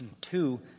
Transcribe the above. Two